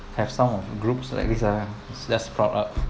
have some of groups like this ah less crowd up